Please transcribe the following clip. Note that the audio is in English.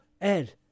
ed